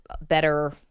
better